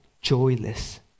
joyless